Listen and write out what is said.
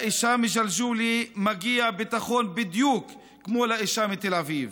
לאישה מג'לג'וליה מגיע ביטחון בדיוק כמו לאישה מתל אביב,